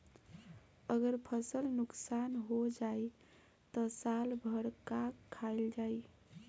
अगर फसल नुकसान हो जाई त साल भर का खाईल जाई